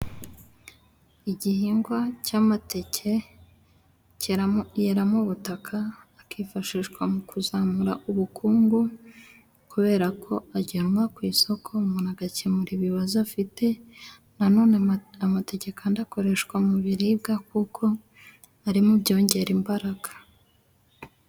Igihingwa cy'amateke yera mu butaka akifashishwa mu kuzamura ubukungu kubera ko ajyanwa ku isoko, umuntu agakemura ibibazo afite, na none amateke kandi akoreshwa mu biribwa, kuko arimo ibyongera imbaraga.